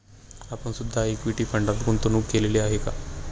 आपण सुद्धा इक्विटी फंडात गुंतवणूक केलेली आहे का?